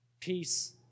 peace